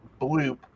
bloop